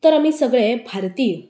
तर आमी सगळे भारतीय